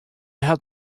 hat